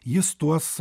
jis tuos